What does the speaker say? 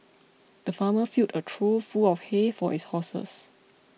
the farmer filled a trough full of hay for his horses